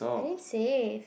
I didn't says